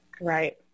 Right